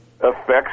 affects